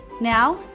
Now